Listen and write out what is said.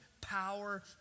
power